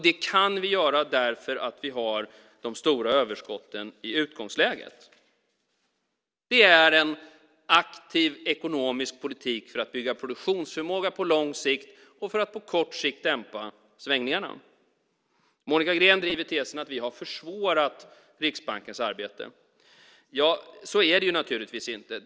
Det kan vi göra därför att vi har de stora överskotten i utgångsläget. Det är en aktiv ekonomisk politik för att bygga produktionsförmåga på lång sikt och för att på kort sikt dämpa svängningarna. Monica Green driver tesen att vi har försvårat Riksbankens arbete. Så är det naturligtvis inte.